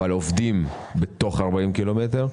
אבל עובדים בטווח של 40 קילומטר.